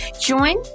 Join